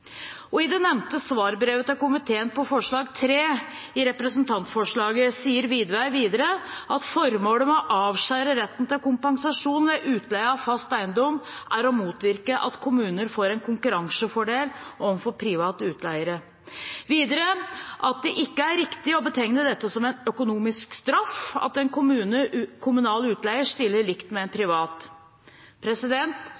sektor. I det nevnte svarbrevet til komiteen om forslag 3 i representantforslaget sier Widvey videre: «Formålet med å avskjære retten til kompensasjon ved utleie av fast eiendom er å motvirke at kommunene får en konkurransefordel overfor private utleiere.» Videre: «Det er ikke riktig å betegne det som en økonomisk straff at en kommunal utleier stilles likt med en privat.»